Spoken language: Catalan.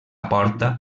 porta